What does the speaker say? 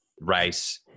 rice